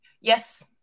Yes